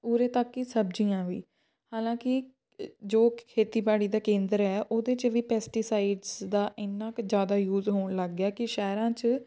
ਉਰੇ ਤੱਕ ਕਿ ਸਬਜ਼ੀਆਂ ਵੀ ਹਾਲਾਂਕਿ ਜੋ ਖੇਤੀਬਾੜੀ ਦਾ ਕੇਂਦਰ ਹੈ ਉਹਦੇ 'ਚ ਵੀ ਪੈਸਟੀਸਾਈਡਸ ਦਾ ਇੰਨਾਂ ਕੁ ਜ਼ਿਆਦਾ ਯੂਜ ਹੋਣ ਲੱਗ ਗਿਆ ਕਿ ਸ਼ਹਿਰਾਂ 'ਚ